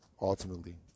ultimately